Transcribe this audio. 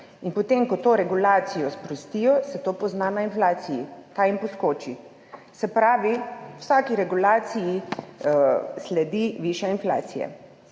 in potem, ko to regulacijo sprostijo, se to pozna na inflaciji, ta jim poskoči. Se pravi, vsaki regulaciji sledi višja inflacija.